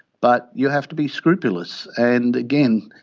but you have to be scrupulous and, again,